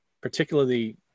particularly